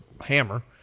hammer